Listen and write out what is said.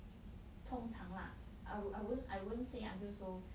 通常 lah I won't I won't I won't say until so